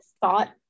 thought